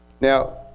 Now